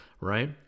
right